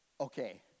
okay